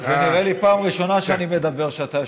נראה לי שזו הפעם הראשונה שאני מדבר כשאתה יושב-ראש.